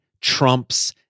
trumps